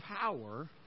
power